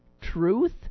truth